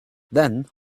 then